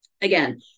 Again